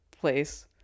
place